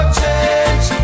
change